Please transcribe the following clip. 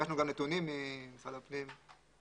לקחנו גם נתונים ממשרד הפנים.